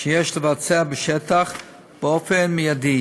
שיש לבצע בשטח מייד.